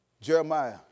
Jeremiah